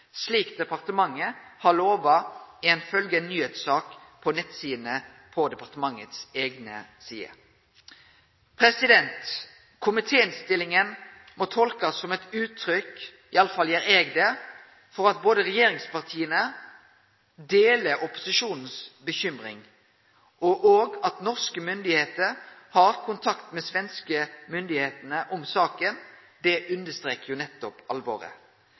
slik departementet har lova ifølgje ei nyheitssak på departementets eigne nettsider. Komitéinnstillinga må tolkast som eit uttrykk for – iallfall gjer eg det – at regjeringspartia deler opposisjonens bekymring, og det at norske myndigheiter har kontakt med svenske myndigheiter om saka, understrekar jo nettopp alvoret.